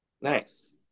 Nice